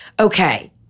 Okay